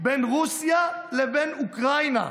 בין רוסיה לבין אוקראינה.